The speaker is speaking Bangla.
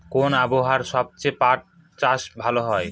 কোন আবহাওয়ায় সবচেয়ে পাট চাষ ভালো হয়?